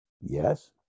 Yes